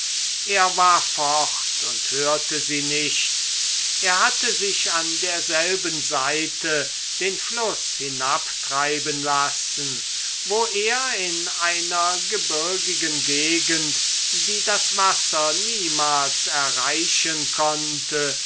er war fort und hörte sie nicht er hatte sich an derselben seite den fluß hinabtreiben lassen wo er in einer gebirgigen gegend die das wasser niemals erreichen konnte